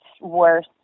worse